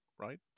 right